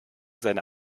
seine